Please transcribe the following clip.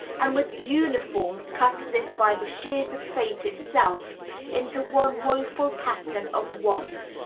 and with uniforms cut as if by the shears of fate itself into one woful pattern of want.